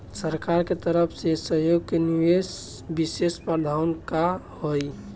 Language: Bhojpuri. सरकार के तरफ से सहयोग के विशेष प्रावधान का हई?